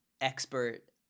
expert